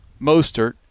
Mostert